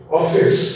office